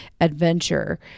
adventure